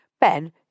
Ben